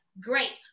great